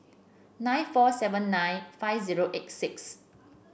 nine four seven nine five zero eight six